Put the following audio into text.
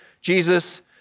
Jesus